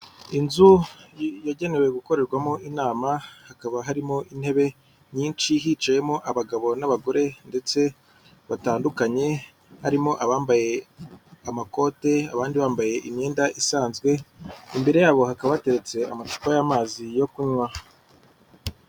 Inzu yagenewe gukorerwamo inama hakaba harimo intebe nyinshi hicayemo abagabo n'abagore ndetse batandukanye, harimo abambaye amakote abandi bambaye imyenda isanzwe. Imbere yabo hakaba bateretse amacupa y'amazi yo kunywa.